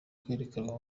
kwerekanwa